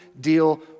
deal